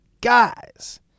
Guys